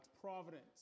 providence